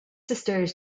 sisters